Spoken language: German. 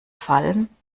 fallen